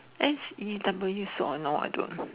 X E W or no I don't